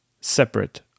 separate